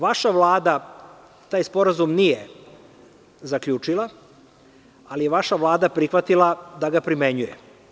Vaša Vlada taj sporazum nije zaključila, ali je vaša Vlada prihvatila da ga primenjuje.